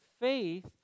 faith